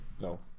No